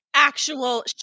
actual